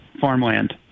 farmland